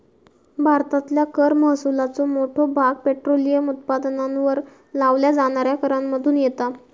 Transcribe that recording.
भारतातल्या कर महसुलाचो मोठो भाग पेट्रोलियम उत्पादनांवर लावल्या जाणाऱ्या करांमधुन येता